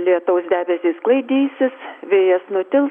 lietaus debesys sklaidysis vėjas nutils